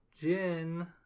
Jin